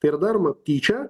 yra daroma tyčia